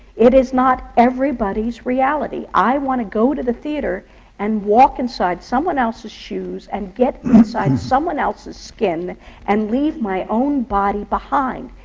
it is not everybody's reality. i want to go to the theatre and walk inside someone else's shoes and get inside someone else's skin and leave my own body behind.